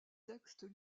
textes